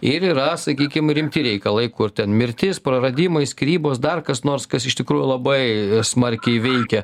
ir yra sakykim rimti reikalai kur ten mirtis praradimai skyrybos dar kas nors kas iš tikrųjų labai smarkiai veikia